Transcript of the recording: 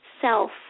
self